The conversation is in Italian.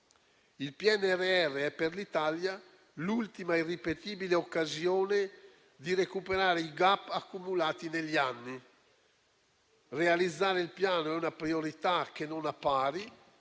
Il PNRR è per l'Italia l'ultima, irripetibile occasione di recuperare i *gap* accumulati negli anni. Realizzare il Piano è una priorità che non ha pari.